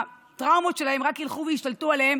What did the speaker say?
הטראומות שלהם רק ילכו וישתלטו עליהם